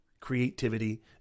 creativity